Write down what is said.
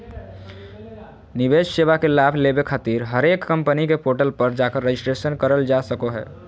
निवेश सेवा के लाभ लेबे खातिर हरेक कम्पनी के पोर्टल पर जाकर रजिस्ट्रेशन करल जा सको हय